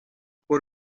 por